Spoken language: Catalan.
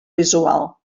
visual